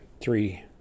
three